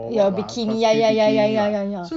your bikini ya ya ya ya ya ya ya